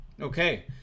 Okay